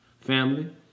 Family